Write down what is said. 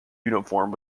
uniform